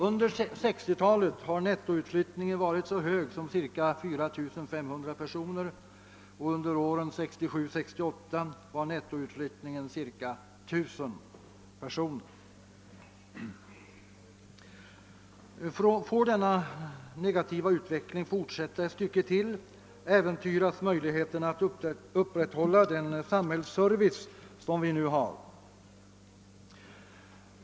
Under 1960-talet har nettoutflyttningen varit så hög som cirka 4500 personer, och under 1967—1968 var nettoutflyttningen cirka 1000 personer. Får denna negativa utveckling fortsätta ännu en tid, äventyras möjligheterna att upprätthålla den samhällsservice som vi nu har.